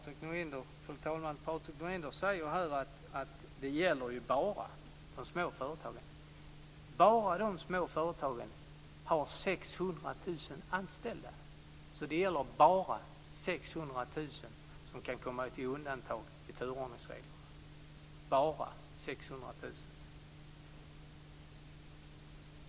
Fru talman! Patrik Norinder säger att turordningsreglerna bara gäller de små företagen. Bara de små företagen har 600 000 anställda, så det är bara 600 000 som kan komma att undantas från turordningsreglerna - bara 600 000!